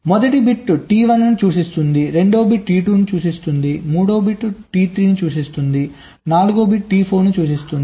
మొదటి bit T1 ను సూచిస్తుంది రెండవ బిట్ T2 ను సూచిస్తుంది మూడవ బిట్ T3 ను సూచిస్తుంది 4 బిట్ T4 ను సూచిస్తుంది